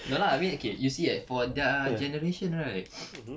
no lah I mean okay you see eh for their generation right